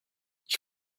ich